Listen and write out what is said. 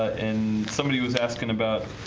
and somebody who's asking about?